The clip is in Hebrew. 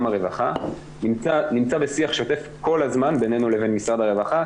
הרווחה נמצא בשיח שוטף כל הזמן בינינו לבין משרד הרווחה,